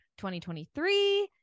2023